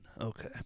Okay